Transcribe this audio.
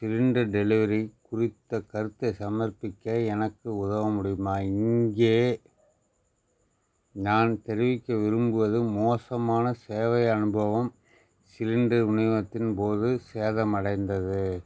cylinder delivery குறித்த கருத்தை சமர்ப்பிக்க எனக்கு உதவ முடியுமா இங்கே நான் தெரிவிக்க விரும்புவது மோசமான சேவை அனுபவம் சிலிண்டர் விநியோகத்தின் போது சேதமடைந்தது